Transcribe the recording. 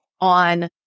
on